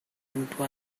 into